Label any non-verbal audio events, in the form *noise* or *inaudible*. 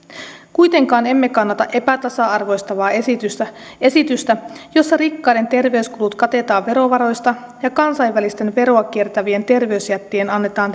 kuitenkaan emme kannata epätasa arvoistavaa esitystä esitystä jossa rikkaiden terveyskulut katetaan verovaroista ja kansainvälisten veroa kiertävien terveysjättien annetaan *unintelligible*